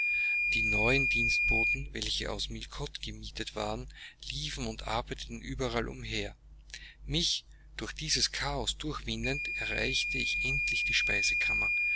die neuen dienstboten welche aus millcote gemietet waren liefen und arbeiteten überall umher mich durch dieses chaos durchwindend erreichte ich endlich die speisekammer